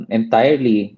entirely